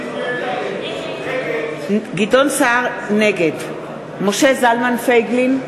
נגד משה זלמן פייגלין,